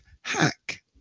hack